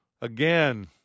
Again